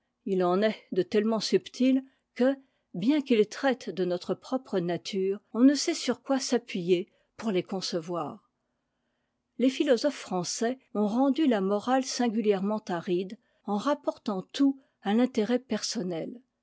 il en est de tellement subtils que bien qu'ils traitent de notre propre nature on ne sait sur quoi s'appuyer pour les concevoir les philosophes français ont rendu la morale singulièrement aride en rapportant tout à l'intérêt personnel